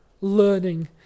learning